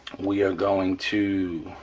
we are going to